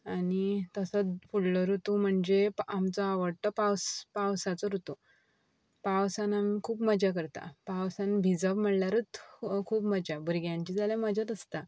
आनी तसोच फुडलो ऋतू म्हणजे आमचो आवडटो पावस पावसाचो ऋतू पावसान आमी खूब मजा करता पावसान भिजप म्हणल्यारूच खूब मजा भुरग्यांची जाल्या मजात आसता